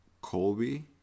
Colby